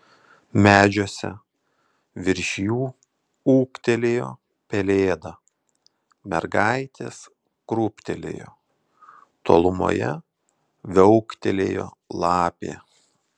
medžiuose virš jų ūktelėjo pelėda mergaitės krūptelėjo tolumoje viauktelėjo lapė